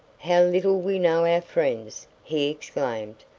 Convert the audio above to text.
how little we know our friends! he exclaimed,